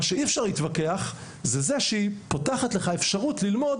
מה שאי-אפשר להתווכח זה שהיא פותחת לך את האפשרות ללמוד